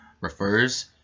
refers